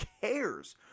cares